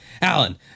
Alan